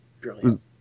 Brilliant